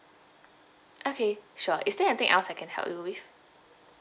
okay sure is there anything else I can help you with